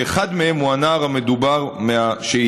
שאחד מהם הוא הנער שעליו מדובר בשאילתה.